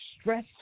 stress